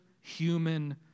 human